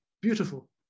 beautiful